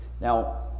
Now